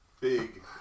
Big